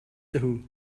true